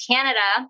Canada